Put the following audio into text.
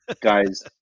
Guys